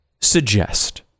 suggest